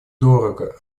дорого